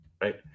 Right